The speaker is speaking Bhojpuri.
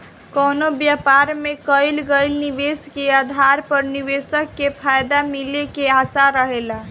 कवनो व्यापार में कईल गईल निवेश के आधार पर निवेशक के फायदा मिले के आशा रहेला